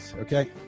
okay